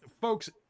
Folks